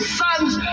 son's